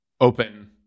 open